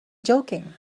joking